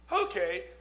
okay